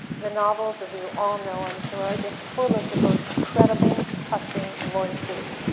the novels, as you all know, i'm sure, are just full of the most credible, touching voices.